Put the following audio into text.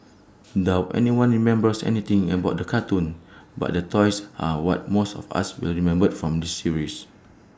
doubt anyone remembers anything about the cartoons but the toys are what most of us will remember from this series